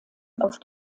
auf